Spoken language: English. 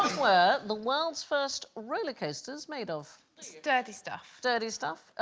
were the world's first roller coasters made of dirty stuff dirty stuff? ah,